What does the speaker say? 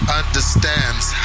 understands